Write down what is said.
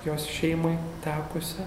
jos šeimai tekusią